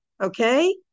okay